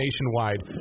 nationwide